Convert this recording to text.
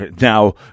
now